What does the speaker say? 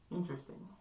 Interesting